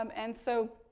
um and so,